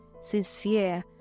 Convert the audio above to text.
sincere